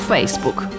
Facebook